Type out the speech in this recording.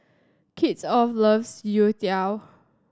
Kristoffer loves youtiao